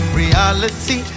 reality